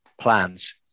plans